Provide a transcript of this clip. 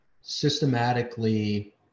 systematically